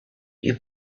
you